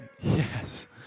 Yes